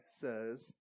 says